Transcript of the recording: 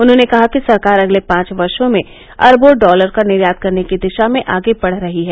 उन्होंने कहा कि सरकार अगले पांच वर्षो में अरबों डॉलर का निर्यात करने की दिशा में आगे बढ़ रही है